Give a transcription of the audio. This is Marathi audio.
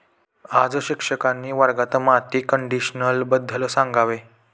आज शिक्षकांनी वर्गात माती कंडिशनरबद्दल सांगावे